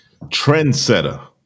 Trendsetter